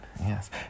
Yes